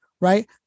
right